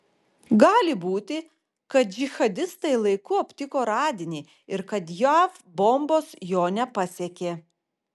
gali būti kad džihadistai laiku aptiko radinį ir kad jav bombos jo nepasiekė